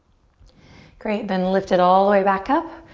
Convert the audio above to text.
great, then lift it all the way back up,